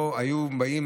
לא היו באים